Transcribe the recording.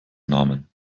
namen